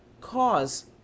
cause